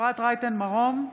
אפרת רייטן מרום,